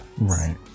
Right